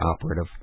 operative